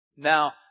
Now